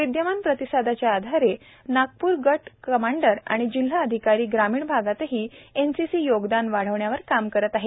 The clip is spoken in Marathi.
विदयमान प्रतिसादाच्या आधारे नागपूर गट कमांडर व जिल्हा अधिकारी ग्रामीण भागातही एनसीसी योगदान वाढविण्यावर काम करत आहेत